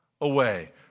away